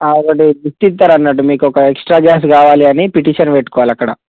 ఒకటి గిఫ్ట్ ఇస్తారు అన్నట్టు మీకొక ఎక్స్ట్రా గ్యాస్ కావాలని పిటిషన్ పెట్టుకోవాలి అక్కడ